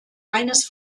eines